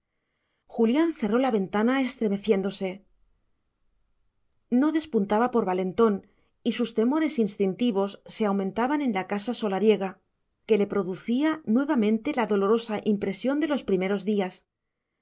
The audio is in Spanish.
julián cerró la ventana estremeciéndose no despuntaba por valentón y sus temores instintivos se aumentaban en la casa solariega que le producía nuevamente la dolorosa impresión de los primeros días